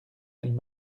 elle